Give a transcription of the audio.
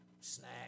snack